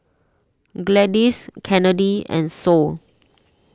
Gladis Kennedy and Sol